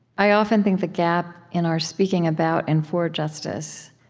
i often think the gap in our speaking about and for justice,